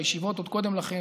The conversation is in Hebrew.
בישיבות עוד קודם לכן,